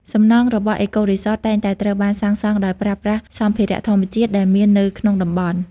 សំណង់របស់ អេកូរីសត តែងតែត្រូវបានសាងសង់ដោយប្រើប្រាស់សម្ភារៈធម្មជាតិដែលមាននៅក្នុងតំបន់។